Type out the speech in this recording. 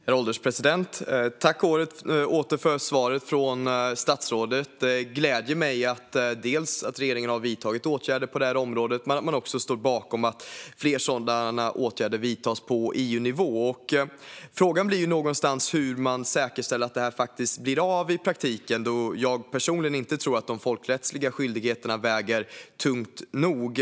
Herr ålderspresident! Jag tackar åter för svaret från statsrådet. Det gläder mig att regeringen har vidtagit åtgärder på området och också står bakom att fler sådana åtgärder vidtas på EU-nivå. Frågan blir någonstans hur man säkerställer att det blir av i praktiken. Jag tror personligen inte att de folkrättsliga skyldigheterna väger tungt nog.